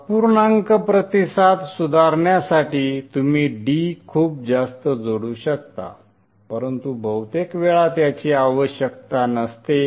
अपूर्णांक प्रतिसाद सुधारण्यासाठी तुम्ही D खूप जास्त जोडू शकता परंतु बहुतेक वेळा त्याची आवश्यकता नसते